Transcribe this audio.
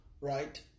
right